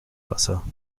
wasser